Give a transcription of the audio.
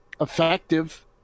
effective